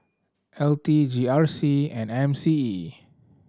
L T G R C and M C E